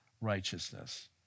righteousness